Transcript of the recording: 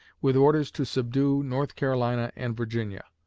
with orders to subdue north carolina and virginia.